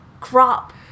crop